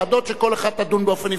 שכל אחת תדון באופן נפרד.